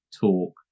talk